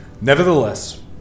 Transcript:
Nevertheless